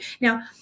Now